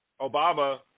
Obama